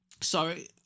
Sorry